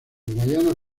guayana